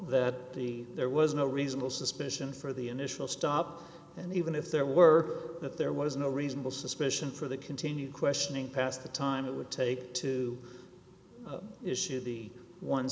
that the there was no reasonable suspicion for the initial stop and even if there were that there was no reasonable suspicion for the continued questioning past the time it would take to issue the one